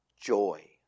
joy